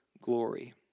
glory